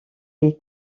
est